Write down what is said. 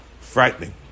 frightening